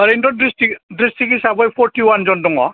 ओरैनोथ' दिस्ट्रिक्ट हिसाबै फरटिउवान जन दङ